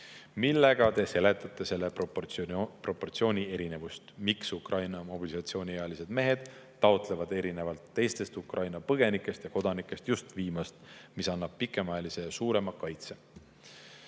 Millega Te seletate selle proportsiooni erinevust? Miks Ukraina mobilisatsiooniealised mehed taotlevad erinevalt teistest Ukraina põgenikest ja kodanikest just viimast, mis annab pikemaajalise ja suurema kaitse?"